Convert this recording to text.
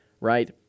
right